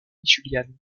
julian